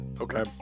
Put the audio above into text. Okay